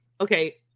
Okay